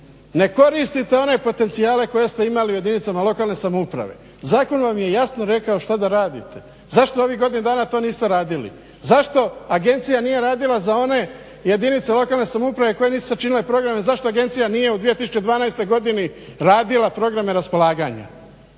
ne koristite one potencijale koje ste imali u jedinicama lokalne samouprave. Zakon vam je jasno rekao što da radite. Zašto u ovih godinu dana to niste radili? Zašto agencija nije radila za one jedinice lokalne samouprave koje nisu sačinile programe, zašto agencija nije u 2012. godini radila programe raspolaganja